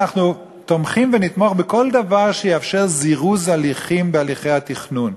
אנחנו תומכים ונתמוך בכל דבר שיאפשר זירוז בהליכי התכנון.